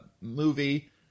movie